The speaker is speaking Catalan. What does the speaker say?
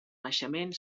naixement